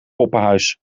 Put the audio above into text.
poppenhuis